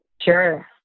Sure